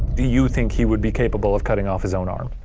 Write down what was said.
do you think he would be capable of cutting off his own arm?